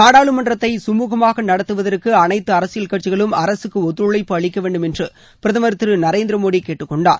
நாடாளுமன்றத்தை சுமூகமாக நடத்துவதற்கு அனைத்து அரசியல் கட்சிகளும் அரசுக்கு ஒத்தழைப்பு அளிக்க வேண்டும் என்று பிரதமர் திரு நரேந்திர மோடி கேட்டுக்கொண்டாார்